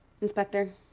Inspector